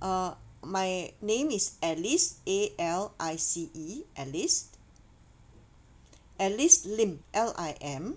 uh my name is alice A L I C E alice alice lim L I M